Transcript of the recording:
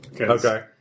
Okay